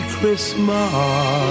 Christmas